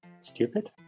stupid